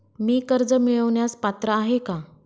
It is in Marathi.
मी कर्ज मिळवण्यास पात्र आहे का?